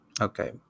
Okay